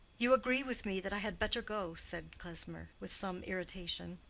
you agree with me that i had better go? said klesmer, with some irritation.